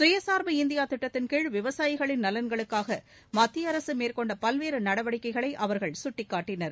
சுயசார்பு இந்தியா திட்டத்தின் கீழ் விவசாயிகளின் நலன்களுக்காக மத்திய அரசு மேற்கொண்ட பல்வேறு நடவடிக்கைகளை அவர்கள் சுட்டிக்காட்டினர்